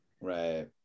right